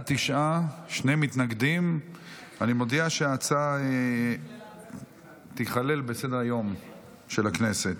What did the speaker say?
אני מודיע שההצעה תיכלל בסדר-היום של הכנסת.